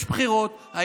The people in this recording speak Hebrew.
יש בחירות,